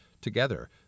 Together